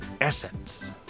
essence